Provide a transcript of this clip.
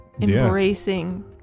embracing